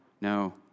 no